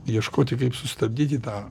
ieškoti kaip sustabdyti tą